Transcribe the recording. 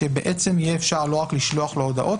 שיהיה אפשר לא רק לשלוח לו הודעות,